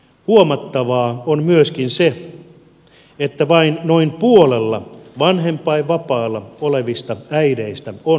huomattavaa on myöskin se että vain noin puolella vanhempainvapaalla olevista äideistä on työsuhde